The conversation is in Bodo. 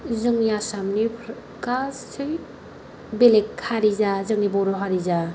जोंनि आसामनि गासै बेलेग हारि जा जोंनि बर' हारि जा